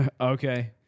Okay